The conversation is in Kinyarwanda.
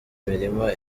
mirima